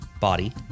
body